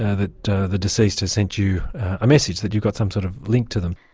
ah that the deceased has sent you a message, that you've got some sort of link to them.